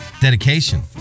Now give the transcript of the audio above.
Dedication